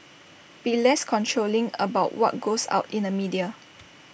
be less controlling about what goes out in the media